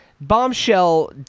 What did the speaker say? Bombshell